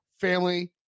family